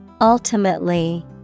Ultimately